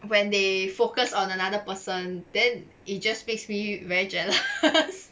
when they focus on another person then it just makes me very jealous